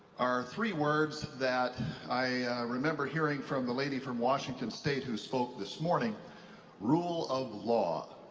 are three words that i remember hearing from the lady from washington state who spoke this morning rule of law.